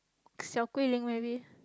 Xiao-Gui-Lin maybe